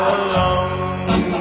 alone